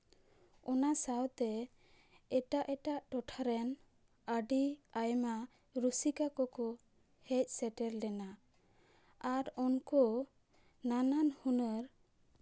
ᱚᱱᱟ ᱥᱟᱶᱛᱮ ᱮᱴᱟᱜ ᱮᱴᱟᱜ ᱴᱚᱴᱷᱟ ᱨᱮᱱ ᱟᱹᱰᱤ ᱟᱭᱢᱟ ᱨᱩᱥᱤᱠᱟ ᱠᱚᱠᱚ ᱦᱮᱡ ᱥᱮᱴᱮᱨ ᱞᱮᱱᱟ ᱟᱨ ᱩᱱᱠᱩ ᱱᱟᱱᱟᱱ ᱦᱩᱱᱟᱹᱨ